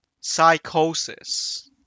Psychosis